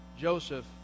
Joseph